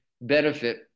benefit